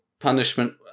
punishment